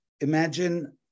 imagine